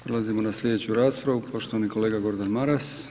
Prelazimo na sljedeću raspravu, poštovani kolega Gordan Maras.